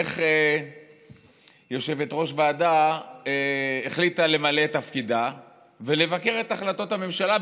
איך יושבת-ראש ועדה החליטה למלא את תפקידה ולבקר את החלטות הממשלה,